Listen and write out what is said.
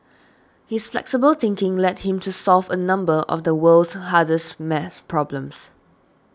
his flexible thinking led him to solve a number of the world's hardest math problems